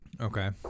Okay